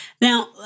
Now